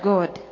God